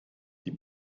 die